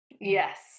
Yes